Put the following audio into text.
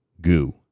Goo